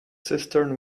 cistern